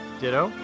Ditto